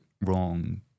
wrong